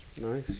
Nice